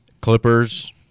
Clippers